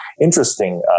Interesting